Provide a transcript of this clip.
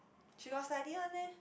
she got study one meh